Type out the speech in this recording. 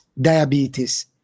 diabetes